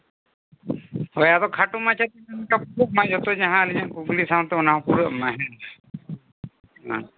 ᱦᱳᱭ ᱟᱫᱚ ᱠᱷᱟᱴᱚ ᱢᱟᱪᱷᱟᱛᱮ ᱡᱟᱦᱟᱸ ᱟᱹᱞᱤᱧᱟᱜ ᱠᱩᱠᱞᱤ ᱥᱟᱶᱛᱮ ᱚᱱᱟᱦᱚᱸ ᱯᱩᱨᱟᱹᱜᱼᱢᱟ ᱚᱱᱟ